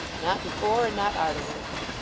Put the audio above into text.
not before and not arterwards